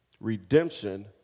redemption